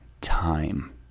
time